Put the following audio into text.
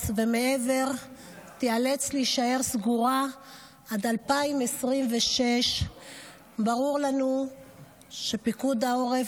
ומעבר תיאלץ להישאר סגורה עד 2026. ברור לנו שפיקוד העורף